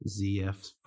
ZF